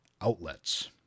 Outlets